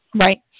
right